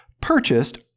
purchased